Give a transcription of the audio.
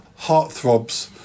heartthrobs